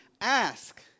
ask